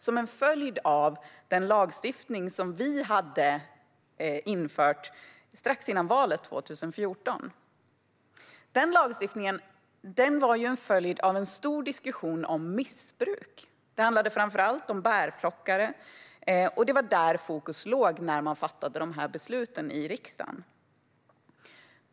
De var en följd av den lagstiftning som vi hade infört strax innan valet 2014. Den lagstiftningen var en följd av en stor diskussion om missbruk. Det handlade framför allt om bärplockare, och det var där fokus låg när man fattade besluten i riksdagen.